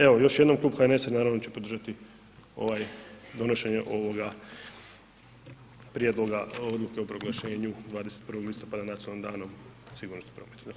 Evo, još jednom, Klub HNS-a naravno će podržati ovaj donošenje ovoga prijedloga, odluke o proglašenju 21. listopada Nacionalnim danom sigurnosti prometa.